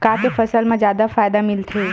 का के फसल मा जादा फ़ायदा मिलथे?